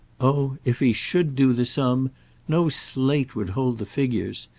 oh if he should do the sum no slate would hold the figures!